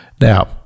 Now